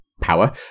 power